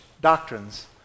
doctrines